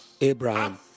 Abraham